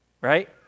Right